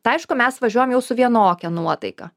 tai aišku mes važiuojam jau su vienokia nuotaika